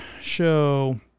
show